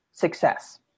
success